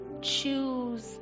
choose